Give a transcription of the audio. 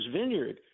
Vineyard